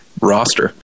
roster